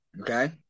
Okay